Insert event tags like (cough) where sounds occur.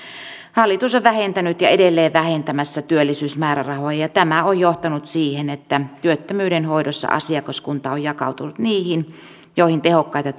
hallitus on vähentänyt ja edelleen vähentämässä työllisyysmäärärahoja ja tämä on johtanut siihen että työttömyyden hoidossa asiakaskunta on jakautunut niihin joihin tehokkaita (unintelligible)